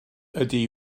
ydy